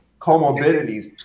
comorbidities